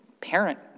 parent